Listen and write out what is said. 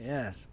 Yes